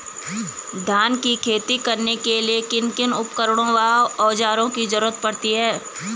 धान की खेती करने के लिए किन किन उपकरणों व औज़ारों की जरूरत पड़ती है?